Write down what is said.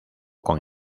con